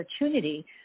opportunity